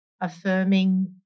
affirming